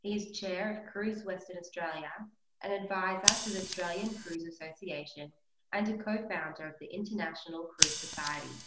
he is chair of cruise western australia and adviser to the australian cruise association and a co-founder of the international cruise society.